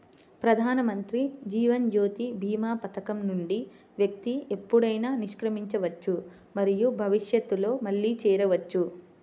ప్రధానమంత్రి జీవన్ జ్యోతి భీమా పథకం నుండి వ్యక్తి ఎప్పుడైనా నిష్క్రమించవచ్చు మరియు భవిష్యత్తులో మళ్లీ చేరవచ్చు